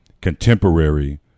contemporary